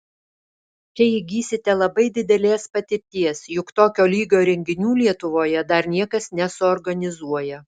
čia įgysite labai didelės patirties juk tokio lygio renginių lietuvoje dar niekas nesuorganizuoja